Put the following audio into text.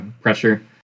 pressure